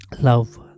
love